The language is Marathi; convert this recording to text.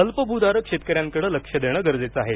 अल्पभूधारक शेतकऱ्यांवर लक्ष देणं गरजेचं आहे